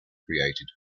created